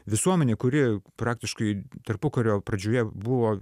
visuomenė kuri praktiškai tarpukario pradžioje buvo